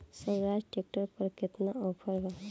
Swaraj tractor पर केतना offer बा?